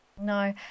No